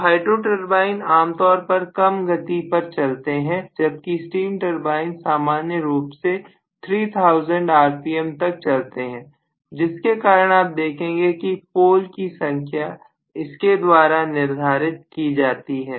तो hydro turbine आमतौर पर कम गति पर चलते हैं जबकि स्टीम टर्बाइन सामान्य रूप से 3000 आरपीएम पर चलते हैं जिसके कारण आप देखेंगे कि पोल की संख्या इसके द्वारा निर्धारित की जाती है